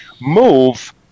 move